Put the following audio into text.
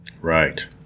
Right